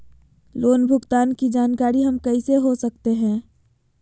Loan भुगतान की जानकारी हम कैसे हो सकते हैं?